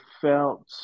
felt